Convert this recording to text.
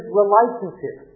relationship